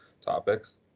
topics